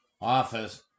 Office